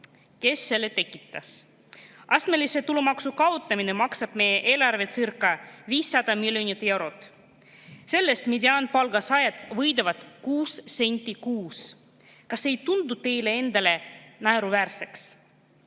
kes selle tekitas? Astmelise tulumaksu kaotamine maksab meie eelarvelecirca500 miljonit eurot. Sellest mediaanpalga saajad võidavad kuus senti kuus. Kas see ei tundu teile endale naeruväärne? Olen